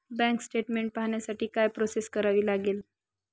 Bank statement पाहण्यासाठी काय process करावी लागेल?